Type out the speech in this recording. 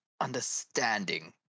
understanding